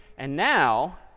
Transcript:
and now,